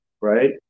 right